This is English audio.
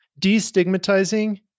destigmatizing